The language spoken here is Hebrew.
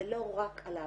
זה לא רק על ההמתנה,